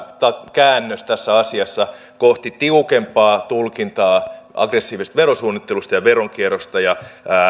käännös tässä asiassa kohti tiukempaa tulkintaa aggressiivisesta verosuunnittelusta ja veronkierrosta